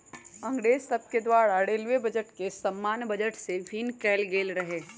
अंग्रेज सभके द्वारा रेलवे बजट के सामान्य बजट से भिन्न कएल गेल रहै